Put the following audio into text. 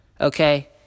Okay